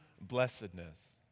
blessedness